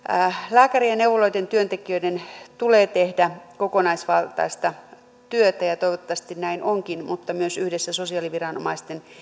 lääkärien ja neuvoloiden työntekijöiden tulee tehdä kokonaisvaltaista työtä ja toivottavasti näin onkin mutta myös yhdessä sosiaaliviranomaisten